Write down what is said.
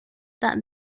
that